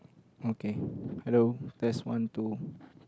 okay hello test one two